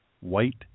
white